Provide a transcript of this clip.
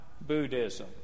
Buddhism